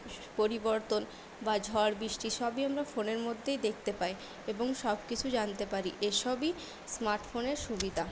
পরিবর্তন বা ঝড়বৃষ্টি সবই আমরা ফোনের মধ্যেই দেখতে পাই এবং সবকিছু জানতে পারি এসবই স্মার্ট ফোনের সুবিধা